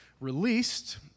released